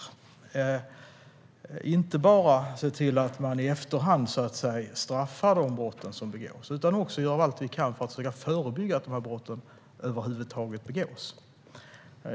Vi ska inte bara se till att i efterhand straffa de brott som begås utan också göra allt vi kan för att försöka förebygga att dessa brott över huvud taget begås.